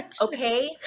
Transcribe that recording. Okay